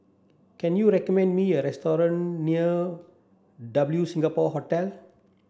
can you recommend me a restaurant near W Singapore Hotel